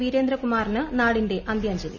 വീരേന്ദ്രകുമാറിന് നാടിന്റെ അന്ത്യാജ്ഞലി